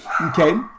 Okay